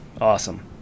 Awesome